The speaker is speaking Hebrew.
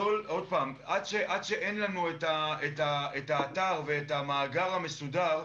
עד שאין לנו את האתר ואת המאגר המסודר,